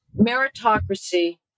meritocracy